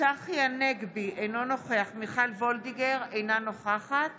צחי הנגבי, אינו נוכח מיכל וולדיגר, אינה נוכחת